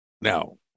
now